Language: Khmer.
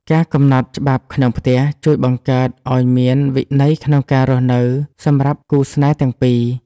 ការកំណត់ច្បាប់ក្នុងផ្ទះជួយបង្កើតឲ្យមានវិន័យក្នុងការរស់នៅសម្រាប់គូស្នេហ៍ទាំងពីរ។